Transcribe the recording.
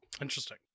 interesting